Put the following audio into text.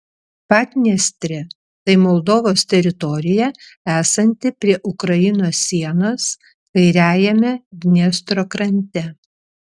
padniestrė tai moldovos teritorija esanti prie ukrainos sienos kairiajame dniestro krante